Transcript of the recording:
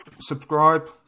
subscribe